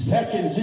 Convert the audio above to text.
Second